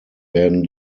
werden